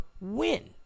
win